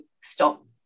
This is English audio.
stop